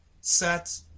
set